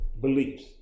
beliefs